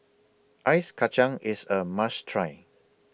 Ice Kachang IS A must Try